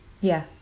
ya